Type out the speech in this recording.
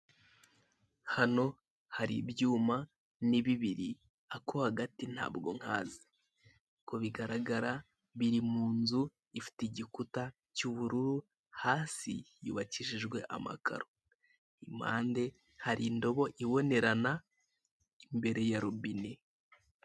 Hano hari ibyuma ni bibiri, ako hagati ntabwo nkazi. Uko bigaragara, biri mu nzu ifite igikuta cy'ubururu hasi yubakishijwe amakaro. Impanda hari indobo ibonerana imbere ya robine.